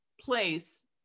place